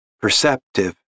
perceptive